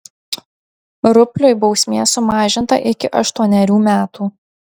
rupliui bausmė sumažinta iki aštuonerių metų